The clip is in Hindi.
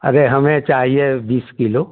अरे हमें चाहिए बीस किलो